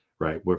right